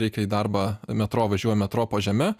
reikia į darbą metro važiuoja metro po žeme